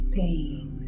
pain